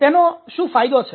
તેનો શું ફાયદો છે